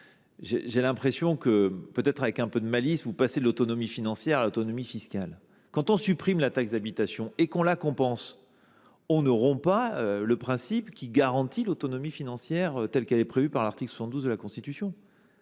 j’ai l’impression que vous passez, peut-être avec un peu de malice, de l’autonomie financière à l’autonomie fiscale. Quand on supprime la taxe d’habitation et qu’on la compense, on ne rompt pas le principe qui garantit l’autonomie financière telle qu’elle est prévue par l’article 72 de la Constitution